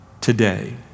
today